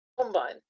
combine